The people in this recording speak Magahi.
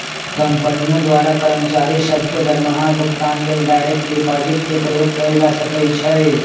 कंपनियों द्वारा कर्मचारि सभ के दरमाहा भुगतान लेल डायरेक्ट डिपाजिट के प्रयोग कएल जा सकै छै